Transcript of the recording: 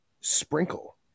sprinkle